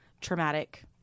traumatic